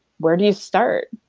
where do you start?